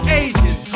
ages